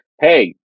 Hey